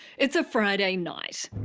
it's a friday night.